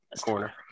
corner